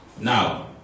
Now